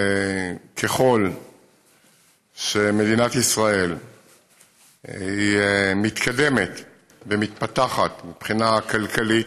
ככל שמדינת ישראל מתקדמת ומתפתחת מבחינה כלכלית,